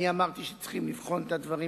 אני אמרתי שצריכים לבחון את הדברים,